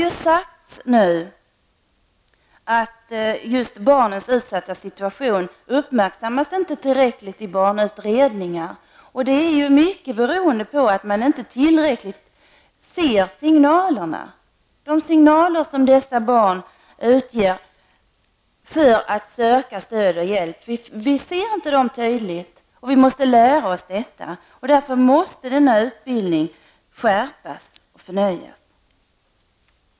Det har sagts att just barnens utsatta situation inte tillräckligt uppmärksammas i barnutredningar och att det beror på att man inte ser de signaler som dessa barn ger för att få hjälp och stöd. Vi ser dem i varje fall inte tydligt, och det måste vi lära oss att göra. Därför måste utbildningen förnyas och skärpas.